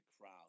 crowd